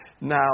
Now